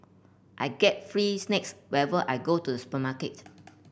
I get free snacks whenever I go to the supermarket